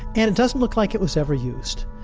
and it doesn't look like it was ever used.